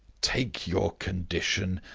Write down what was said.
take your condition,